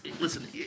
Listen